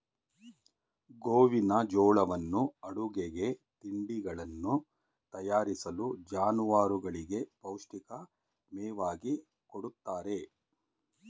ಗೋವಿನಜೋಳವನ್ನು ಅಡುಗೆಗೆ, ತಿಂಡಿಗಳನ್ನು ತಯಾರಿಸಲು, ಜಾನುವಾರುಗಳಿಗೆ ಪೌಷ್ಟಿಕ ಮೇವಾಗಿ ಕೊಡುತ್ತಾರೆ